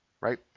right